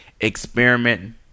experiment